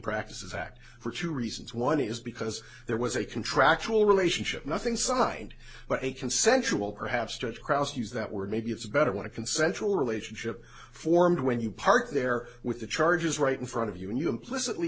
practices act for two reasons one is because there was a contractual relationship nothing signed but a consensual perhaps to cross use that were maybe it's better when a consensual relationship formed when you parked there with the charges right in front of you and you implicitly